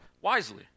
Wisely